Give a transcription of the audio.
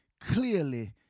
clearly